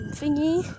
thingy